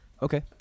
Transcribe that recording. okay